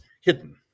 hidden